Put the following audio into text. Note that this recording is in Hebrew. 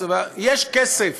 יש כסף,